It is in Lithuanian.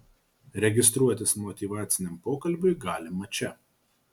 registruotis motyvaciniam pokalbiui galima čia